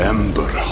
Ember